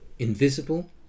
invisible